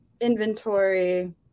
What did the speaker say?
inventory